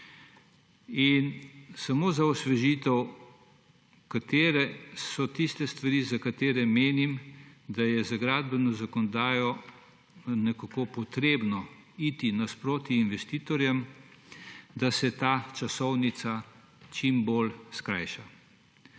Samo za osvežitev, katere so tiste stvari, za katere menim, da je z gradbeno zakonodajo nekako potrebno iti nasproti investitorjem, da se ta časovnica čim bolj skrajša.